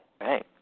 Right